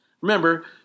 Remember